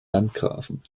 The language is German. landgrafen